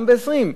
גם ב-20,